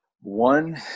one